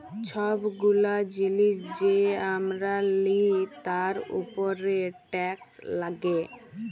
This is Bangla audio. ছব গুলা জিলিস যে আমরা লিই তার উপরে টেকস লাগ্যে